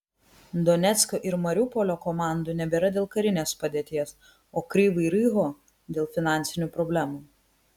donecko ir mariupolio komandų nebėra dėl karinės padėties o kryvyj riho dėl finansinių problemų